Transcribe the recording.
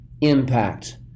impact